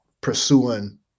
pursuing